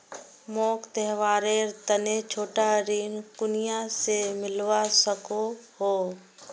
मोक त्योहारेर तने छोटा ऋण कुनियाँ से मिलवा सको हो?